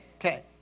Okay